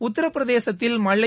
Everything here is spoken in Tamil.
உத்தரபிரதேசத்தில் மழை